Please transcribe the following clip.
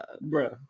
Bro